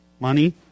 Money